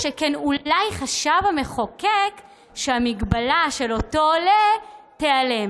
שכן, אולי חשב המחוקק שהמגבלה של אותו עולה תיעלם,